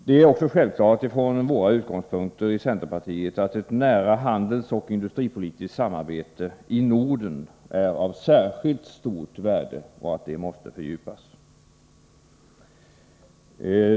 Det är också självklart från våra utgångspunkter i centerpartiet att ett nära handelsoch industripolitiskt samarbete i Norden är av särskilt stort värde och att det måste fördjupas.